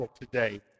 today